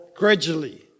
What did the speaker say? gradually